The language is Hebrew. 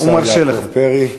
השר יעקב פרי,